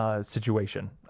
Situation